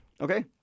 Okay